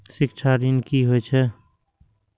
शिक्षा ऋण की होय छै?